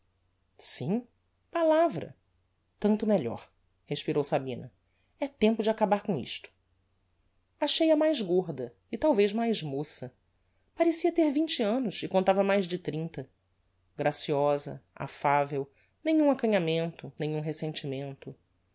sim palavra tanto melhor respirou sabina é tempo de acabar com isto achei-a mais gorda e talvez mais moça parecia ter vinte annos e contava mais de trinta graciosa affavel nenhum acanhamento nenhum resentimento